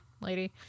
lady